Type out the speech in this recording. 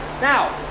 Now